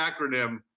acronym